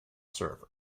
server